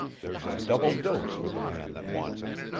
there's a double dose for the man that wants it.